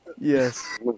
Yes